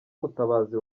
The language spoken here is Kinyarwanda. mutabazi